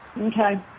Okay